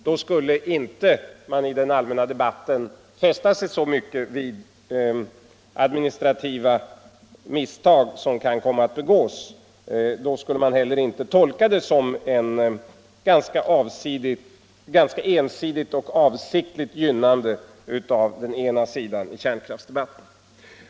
Då skulle i den allmänna debatten folk inte fästa sig så mycket vid administrativa misstag som kan komma att begås, och då skulle dessa misstag inte heller tolkas som ett ganska ensidigt och avsiktligt gynnande av den ena sidan i kärnkraftsdebatten.